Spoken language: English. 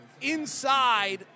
inside